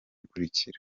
ikurikira